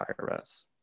IRS